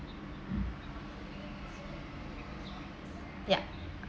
yeah